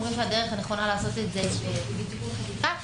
הם אומרים שהדרך הנכונה לעשות את זה היא על ידי תיקון חקיקה.